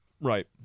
Right